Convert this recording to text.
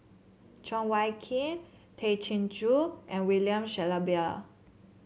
Cheng Wai Keung Tay Chin Joo and William Shellabear